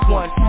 one